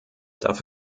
darf